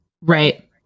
right